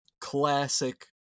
Classic